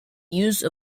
use